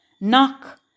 knock